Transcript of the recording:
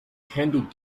handled